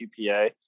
QPA